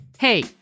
Hey